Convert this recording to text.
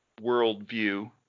worldview